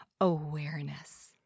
awareness